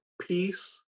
peace